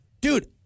Dude